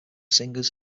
singers